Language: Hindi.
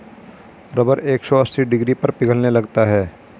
रबर एक सौ अस्सी डिग्री पर पिघलने लगता है